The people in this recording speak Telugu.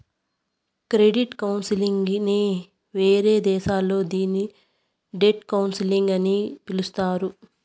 క్రెడిట్ కౌన్సిలింగ్ నే వేరే దేశాల్లో దీన్ని డెట్ కౌన్సిలింగ్ అని పిలుత్తారు